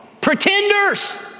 Pretenders